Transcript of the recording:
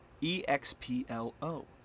E-X-P-L-O